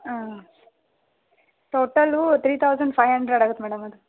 ಹಾಂ total three thousand five hundred ಆಗುತ್ತೆ madam ಅದು